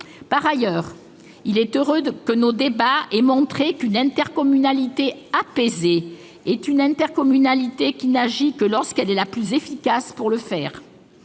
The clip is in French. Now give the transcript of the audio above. Par ailleurs, il est heureux que nos débats aient montré qu'une intercommunalité apaisée est une intercommunalité qui n'agit que lorsqu'elle représente l'échelon le plus